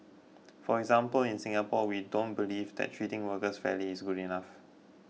for example in Singapore we don't believe that treating workers fairly is good enough